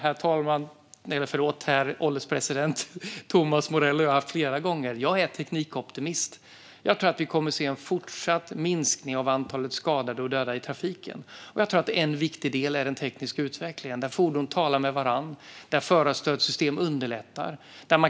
Detta har jag och Thomas Morell debatterat flera gånger. Jag är teknikoptimist. Jag tror att vi kommer att få se en fortsatt minskning av antalet skadade och döda i trafiken och att en viktig del i det är den tekniska utvecklingen där fordon talar med varandra och där förarstödssystem underlättar.